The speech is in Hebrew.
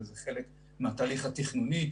הן חלק מהתהליך התכנוני,